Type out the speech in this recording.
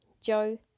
joe